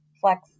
flex